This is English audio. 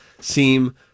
seem